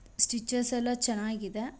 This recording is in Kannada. ಸ್ಟಿಚಸ್ ಎಲ್ಲ ಚೆನ್ನಾಗಿದೆ